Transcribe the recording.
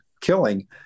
killing